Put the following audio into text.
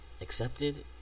accepted